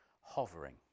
hovering